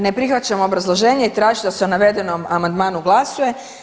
Ne prihvaćam obrazloženje i tražit ću da se o navedenom amandmanu glasuje.